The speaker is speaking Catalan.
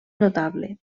notable